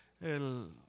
el